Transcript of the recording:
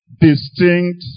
distinct